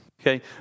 Okay